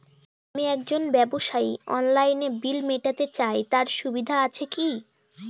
আমি একজন ব্যবসায়ী অনলাইনে বিল মিটাতে চাই তার সুবিধা আছে কি?